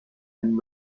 and